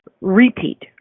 Repeat